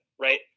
Right